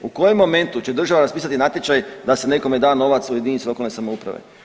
U kojem momentu će država raspisati natječaj da se nekome da novac u jedinici lokalne samouprave?